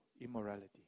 immorality